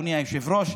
אדוני היושב-ראש,